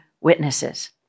witnesses